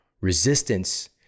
resistance